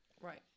right